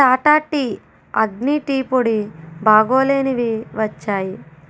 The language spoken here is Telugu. టాటా టీ అగ్ని టీ పొడి బాగాలేనివి వచ్చాయి